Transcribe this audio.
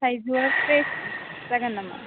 थाइजौ आ फ्रेस जागोन नामा